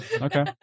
okay